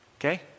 Okay